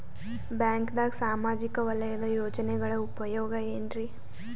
ಬ್ಯಾಂಕ್ದಾಗ ಸಾಮಾಜಿಕ ವಲಯದ ಯೋಜನೆಗಳ ಉಪಯೋಗ ಏನ್ರೀ?